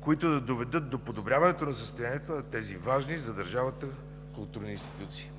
които да доведат до подобряването на състоянието на тези важни за държавата културни институции.